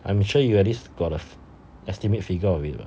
I am sure you at least got a estimate figure of it lah